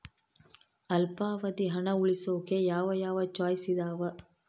ಅಲ್ಪಾವಧಿ ಹಣ ಉಳಿಸೋಕೆ ಯಾವ ಯಾವ ಚಾಯ್ಸ್ ಇದಾವ?